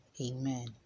Amen